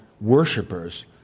worshippers